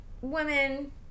women